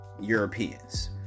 Europeans